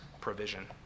provision